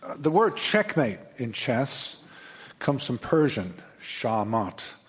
the word checkmate in chess comes from persian, shah mat,